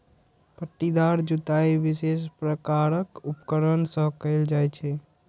पट्टीदार जुताइ विशेष प्रकारक उपकरण सं कैल जाइ छै